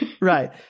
Right